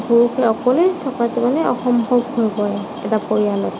পুৰুষ অকলেই থাকক লাগে অসম্ভৱ হৈ পৰে এটা পৰিয়ালত